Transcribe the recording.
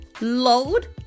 Load